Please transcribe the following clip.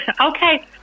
okay